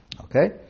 Okay